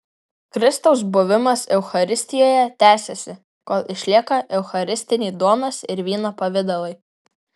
kristaus buvimas eucharistijoje tęsiasi kol išlieka eucharistiniai duonos ir vyno pavidalai